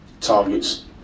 targets